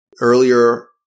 Earlier